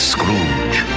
Scrooge